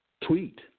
tweet